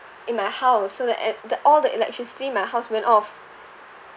in my house so the at the all the electricity in my house went off